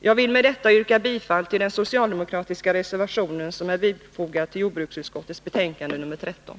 Jag vill med detta yrka bifall till den socialdemokratiska reservation som är fogad till jordbruksutskottets betänkande nr 13.